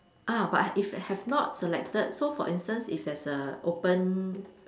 ah but if have not selected so for instance if there's a open